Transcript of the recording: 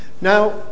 Now